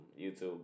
YouTube